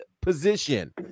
position